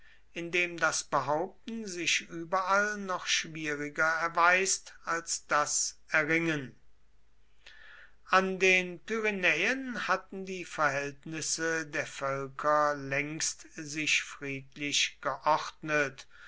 in dem das behaupten sich überall noch schwieriger erweist als das erringen an den pyrenäen hatten die verhältnisse der völker längst sich friedlich geordnet